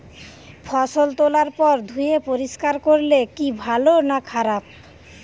ফসল তোলার পর ধুয়ে পরিষ্কার করলে কি ভালো না খারাপ?